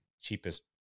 cheapest